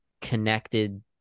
connected